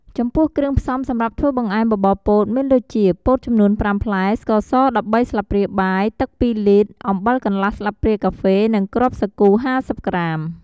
ចំពោះគ្រឿងផ្សំសម្រាប់ធ្វើបង្អែមបបរពោតមានដូចជា ពោតចំនួន ៥ផ្លែ ស្ករស១៣ស្លាបព្រាបាយ ទឹក២លីត្រ អំបិលកន្លះស្លាបព្រាកាហ្វេ និងគ្រាប់សាគូ៥០ក្រាម។